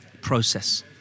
process